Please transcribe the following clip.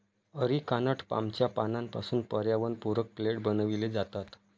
areca nut पामच्या पानांपासून पर्यावरणपूरक प्लेट बनविले जातात